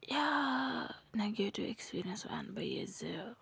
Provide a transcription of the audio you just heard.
یا negative experience وَنہٕ بہٕ یہِ زِ